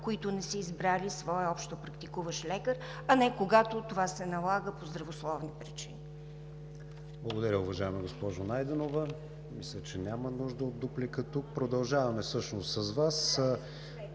които не са избрали своя общопрактикуващ лекар, а не когато това се налага по здравословни причини. ПРЕДСЕДАТЕЛ КРИСТИАН ВИГЕНИН: Благодаря, уважаема госпожо Найденова. Мисля, че няма нужда от дуплика тук. Продължаваме всъщност с Вас